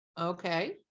Okay